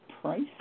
Price